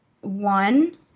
one